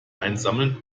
einsammeln